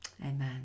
Amen